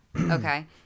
okay